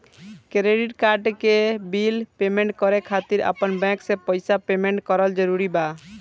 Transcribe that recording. Credit card के bill payment करे खातिर आपन बैंक से पईसा पेमेंट करल जरूरी बा?